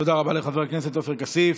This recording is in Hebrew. תודה רבה לחבר הכנסת עופר כסיף.